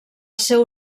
seu